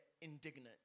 indignant